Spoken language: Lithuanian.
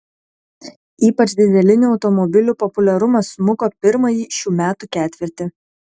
ypač dyzelinių automobilių populiarumas smuko pirmąjį šių metų ketvirtį